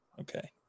okay